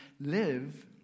live